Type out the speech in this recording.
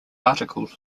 articles